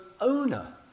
owner